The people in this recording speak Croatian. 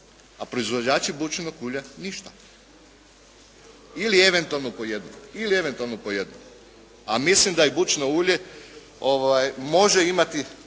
a proizvođači bućinog ulja ništa ili eventualno po jedno, a mislim da je bućino ulje može imati,